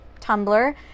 Tumblr